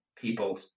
people